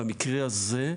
במקרה הזה,